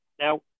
Now